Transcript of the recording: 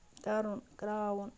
تَرُن کرٛاوُن